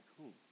home